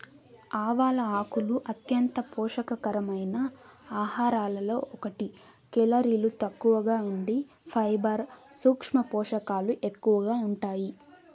ఆవాల ఆకులు అంత్యంత పోషక కరమైన ఆహారాలలో ఒకటి, కేలరీలు తక్కువగా ఉండి ఫైబర్, సూక్ష్మ పోషకాలు ఎక్కువగా ఉంటాయి